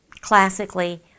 classically